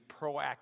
proactive